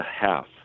half